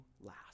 last